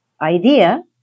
idea